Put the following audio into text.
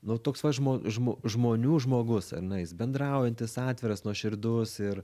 nu toks va žmo žmo žmonių žmogus ane jis bendraujantis atviras nuoširdus ir